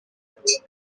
ati